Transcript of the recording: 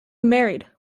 married